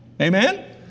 Amen